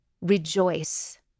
rejoice